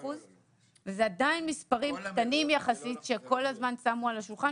וזה עדיין מספרים קטנים יחסית שכל הזמן שמו על השולחן,